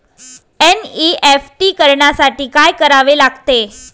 NEFT करण्यासाठी काय करावे लागते?